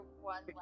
one